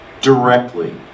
directly